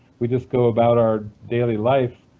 we just go about our daily life.